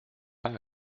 pas